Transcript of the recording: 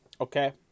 Okay